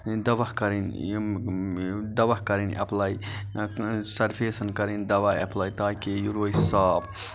دَوا کَرٕنۍ دَوا کَرٕنۍ ایٚپلاے سَرفیسَن کَرٕنۍ دَوا ایٚپلاے تاکہِ یہِ روزِ صاف